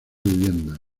viviendas